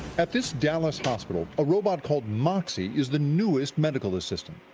at this dallas hospital, a robot called moxi is the newest medical assistant.